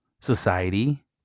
society